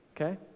okay